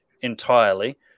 entirely